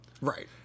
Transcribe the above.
Right